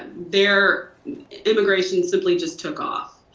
their immigration simply just took off.